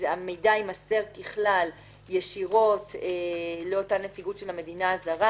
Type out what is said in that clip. וגם שהמידע יימסר ישירות לאותה נציגות של המדינה הזרה.